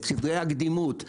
את סדרי הקדימות,